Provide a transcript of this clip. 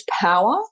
Power